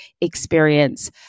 experience